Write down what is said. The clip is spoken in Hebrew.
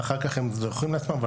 ואחר כך הם חוזרים לעצמם,